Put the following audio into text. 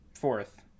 Fourth